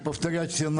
להפך הם